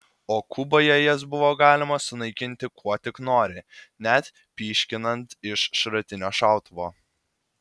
o kuboje jas buvo galima sunaikinti kuo tik nori net pyškinant iš šratinio šautuvo